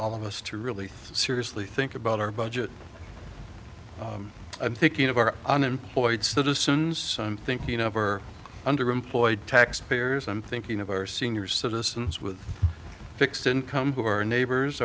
all of us to really seriously think about our budget i'm thinking of our unemployed citizens so i'm thinking of are underemployed taxpayers i'm thinking of our senior citizens with fixed income but our neighbors